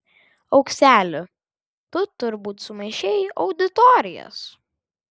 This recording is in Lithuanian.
aukseli tu turbūt sumaišei auditorijas